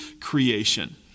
creation